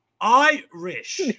irish